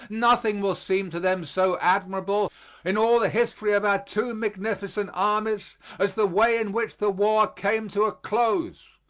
nothing will seem to them so admirable in all the history of our two magnificent armies as the way in which the war came to a close.